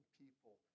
people